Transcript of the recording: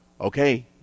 Okay